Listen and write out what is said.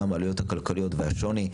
גם העלויות הכלכליות והשוני,